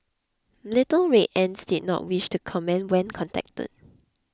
Little Red Ants did not wish to comment when contacted